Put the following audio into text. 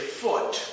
foot